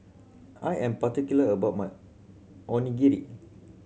I am particular about my Onigiri